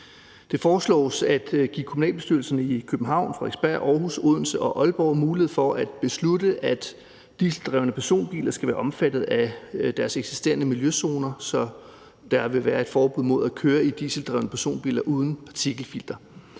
Det foreslås at give kommunalbestyrelserne i København, Frederiksberg, Aarhus, Odense og Aalborg mulighed for at beslutte, at dieseldrevne personbiler skal være omfattet af deres eksisterende miljøzoner, så der vil være et forbud mod at køre i dieseldrevne personbiler uden partikelfilter.